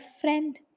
friend